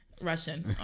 Russian